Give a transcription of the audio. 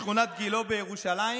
משכונת גילה בירושלים,